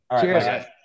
Cheers